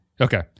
okay